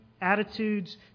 attitudes